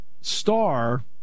star